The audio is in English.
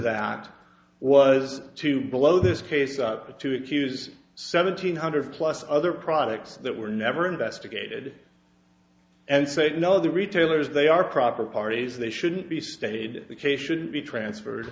that was to blow this case to accuse seventeen hundred plus other products that were never investigated and say no the retailers they are proper parties they shouldn't be stated the case should be transferred